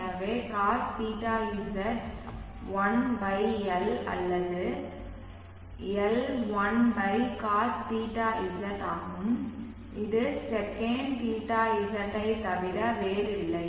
எனவே cos θz 1 l அல்லது l 1 cos θz ஆகும் இது செகண்ட் θz ஐத் தவிர வேறில்லை